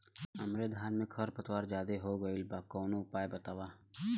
हमरे धान में खर पतवार ज्यादे हो गइल बा कवनो उपाय बतावा?